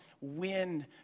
win